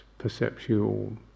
perceptual